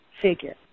figure